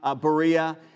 Berea